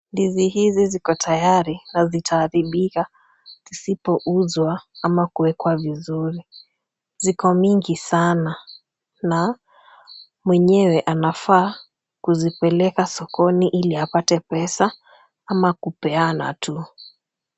Ndizi hizi ziko tayari na zitaharibika tusipouzwa ama kuwekwa vizuri. Ziko mingi sana na mwenyewe anafaa kuzipeleka sokoni ili apate pesa ama kupeana tu.